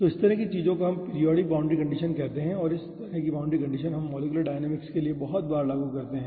तो इस तरह की चीजों को हम पीरिऑडिक बाउंड्री कंडीशन कहते हैं और इस तरह की बाउंड्री कंडीशन हम मॉलिक्यूलर डायनामिक्स के लिए बहुत बार लागू करते हैं